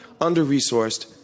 under-resourced